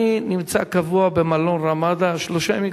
אני נמצא קבוע במלון "רמדה" שלושה ימים,